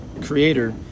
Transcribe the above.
creator